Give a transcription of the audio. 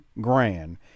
grand